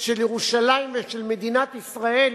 של ירושלים ולחורבנה של מדינת ישראל